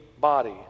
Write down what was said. body